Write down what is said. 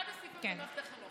אחד הסעיפים זה מערכת החינוך.